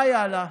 מה היה לה?